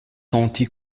senti